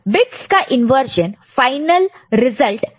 bits का inversion final result के लिए करते हैं